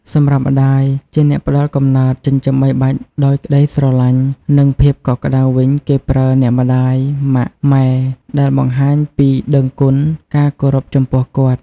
សម្រាប់ម្ដាយ ជាអ្នកផ្ដល់កំណើត ចិញ្ចឹមបីបាច់ដោយក្ដីស្រឡាញ់ និងភាពកក់ក្ដៅវិញគេប្រើ អ្នកម្ដាយ ម៉ាក់ ម៉ែ ដែលបង្ហាញពីដឹងគុណ ការគោរពចំពោះគាត់។